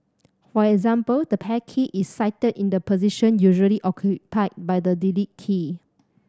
for example the pair key is sited in the position usually occupied by the delete key